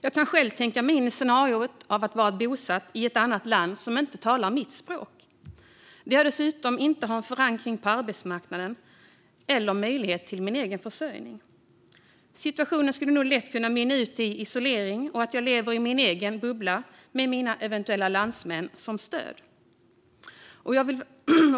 Jag kan själv tänka mig in i ett scenario där jag är bosatt i ett annat land där man inte talar mitt språk och där jag dessutom inte har en förankring på arbetsmarknaden eller en möjlighet till egen försörjning. Situationen skulle nog lätt kunna mynna ut i isolering och att jag lever i min egen bubbla med mina eventuella landsmän som stöd.